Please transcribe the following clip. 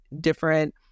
different